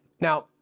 Now